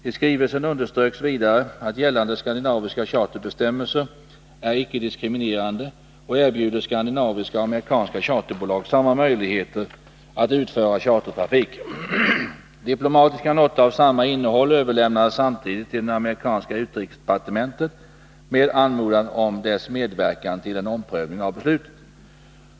I skrivelsen underströks vidare att gällande skandinaviska charterbestämmelser är icke-diskriminerande och erbjuder skandinaviska och amerikanska charterbolag samma möjligheter att utföra chartertrafik. Diplomatiska noter av samma innehåll överlämnades samtidigt till det amerikanska utrikesdepartementet med anmodan om dess medverkan till en omprövning av beslutet.